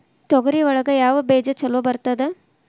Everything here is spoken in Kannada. ತೊಗರಿ ಒಳಗ ಯಾವ ಬೇಜ ಛಲೋ ಬರ್ತದ?